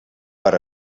per